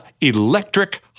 electric